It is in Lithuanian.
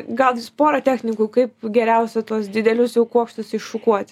gal jūs pora technikų kaip geriausia tuos didelius jau kuokštus iššukuoti